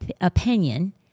opinion